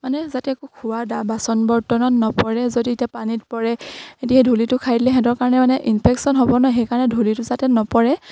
মানে যাতে একো খোৱা বা বাচন বৰ্তনত নপৰে যদি এতিয়া পানীত পৰে যদি সেই ধূলিটো খাই দিলে সিহঁতৰ কাৰণে মানে ইনফেকশ্যন হ'ব ন সেইকাৰণে ধূলিটো যাতে নপৰে